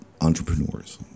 entrepreneurs